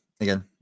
again